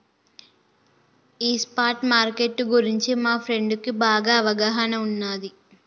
ఈ spot market గురించి మా ఫ్రెండుకి బాగా అవగాహన ఉన్నాది